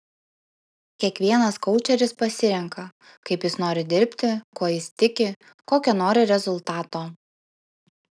kiekvienas koučeris pasirenka kaip jis nori dirbti kuo jis tiki kokio nori rezultato